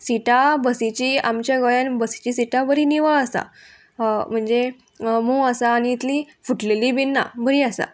सिटां बसीचीं आमच्या गोंयान बसीचीं सिटां बरीं निवळ आसा म्हणजे मोव आसा आनी इतलीं फुटलेलीं बीन ना बरीं आसा